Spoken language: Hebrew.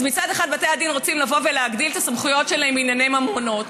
אז מצד אחד בתי הדין רוצים להגדיל את הסמכויות שלהם בענייני ממונות,